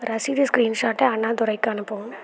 ரசீது ஸ்கிரீன்ஷாட்டை அண்ணாதுரைக்கு அனுப்பவும்